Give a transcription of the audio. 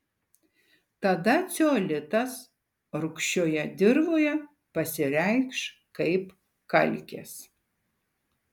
tada ceolitas rūgščioje dirvoje pasireikš kaip kalkės